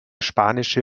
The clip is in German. spanische